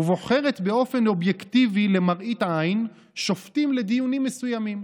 ובוחרת באופן אובייקטיבי למראית עין שופטים לדיונים מסוימים.